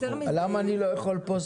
למה אני לא יכול פה,